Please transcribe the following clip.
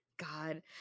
God